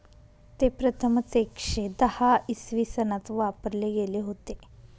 ते प्रथमच एकशे दहा इसवी सनात वापरले गेले होते